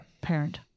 Parent